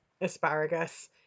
asparagus